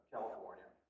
California